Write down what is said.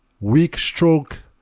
weak-stroke